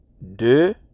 de